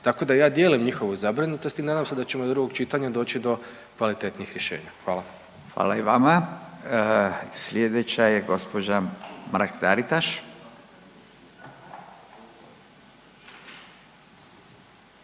Tako da ja dijelim njihovu zabrinutost i nadam se da ćemo do drugog čitanja doći do kvalitetnijih rješenja. Hvala. **Radin, Furio (Nezavisni)** Hvala i vama. Sljedeća je gospođa Mrak Taritaš.